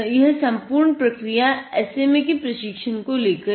यह सम्पूर्ण प्रक्रिया SMA के प्रशिक्षण को लेकर है